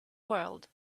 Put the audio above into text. world